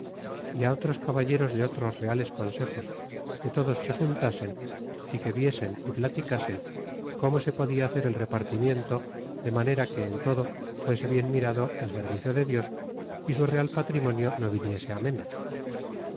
y otros caballeros de otros reales consejos que todos se juntasen y que viesen y platicasen como se podia hacer el repartimiento de manera que en todo fuese bien mirado el servicio de dios y su real patrimonio no viniese m